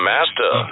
Master